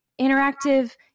interactive